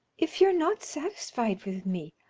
if you're not satisfied with me,